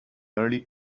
early